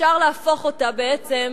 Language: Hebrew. אפשר להפוך אותה בעצם